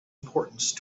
importance